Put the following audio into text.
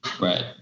Right